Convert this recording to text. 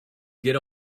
get